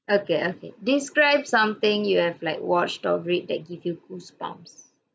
okay okay describe something you have like watched or read that give you goosebumps